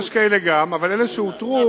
יש גם כאלה, אבל אלה שאותרו,